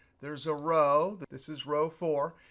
there is a row. this is row four.